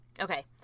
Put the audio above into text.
Okay